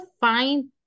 find